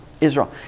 Israel